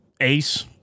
ace